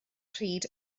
pryd